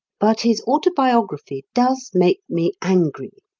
but his autobiography does make me angry.